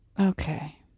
Okay